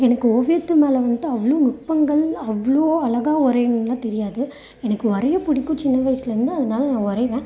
எனக்கு ஓவியத்து மேலே வந்துட்டு அவ்வளோ நுட்பங்கள் அவ்வளோ அழகாக வரையணும்ன்லாம் தெரியாது எனக்கு வரையப் பிடிக்கும் சின்ன வயசுலேந்து அதனால நான் வரைவேன்